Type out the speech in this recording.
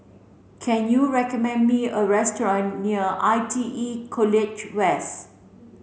can you recommend me a restaurant near I T E College West